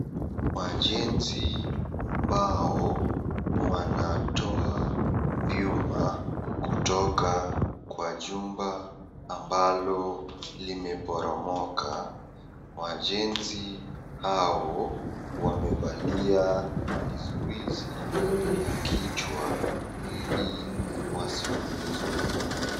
Wajenzi ambao wanatoa vyuma kutoka kwa jumba ambalo limeporomoka. Wajenzi hao wamevalia vizuizi vya kichwa ili wasiumizwe.